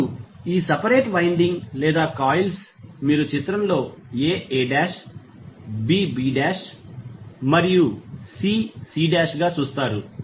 ఇప్పుడు ఈ separate winding లేదా కాయిల్స్ మీరు చిత్రంలోa a' b b' మరియు c c'గా చూస్తారు